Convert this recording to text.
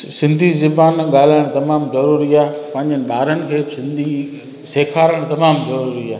सिंधी ज़ॿान ॻाल्हाइण तमामु ज़रूरी आहे पंहिंजे ॿारनि खे सिंधी सेखारणु तमामु ज़रूरी आहे